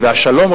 והשלום,